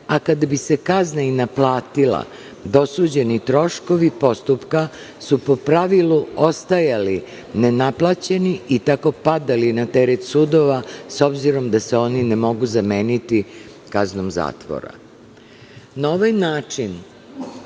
a kada bi se kazna i naplatila, dosuđeni troškovi postupka su, po pravilu, ostajali ne naplaćeni i tako padali na teret sudova, s obzirom da se oni ne mogu zameniti kaznom zatvora. Na ovaj način